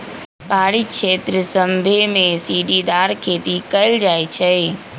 पहारी क्षेत्र सभमें सीढ़ीदार खेती कएल जाइ छइ